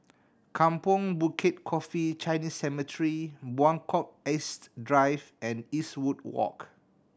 Kampong Bukit Coffee Chinese Cemetery Buangkok East Drive and Eastwood Walk